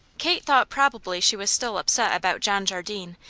kate thought probably she was still upset about john jardine,